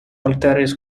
alteres